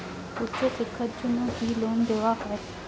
উচ্চশিক্ষার জন্য কি লোন দেওয়া হয়?